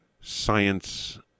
Science